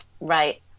Right